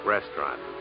Restaurant